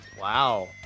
Wow